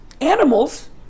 Animals